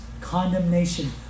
condemnation